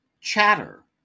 Chatter